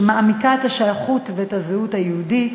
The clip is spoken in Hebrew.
שמעמיקה את השייכות ואת הזהות היהודית,